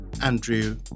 Andrew